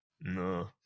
No